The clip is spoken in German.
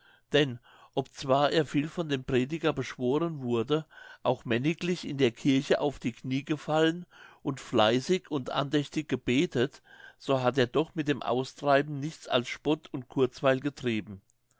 denn obzwar er viel von dem prediger beschworen wurde auch männiglich in der kirche auf die kniee gefallen und fleißig und andächtig gebetet so hat er doch mit dem austreiben nichts als spott und kurzweil getrieben